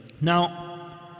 Now